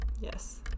Yes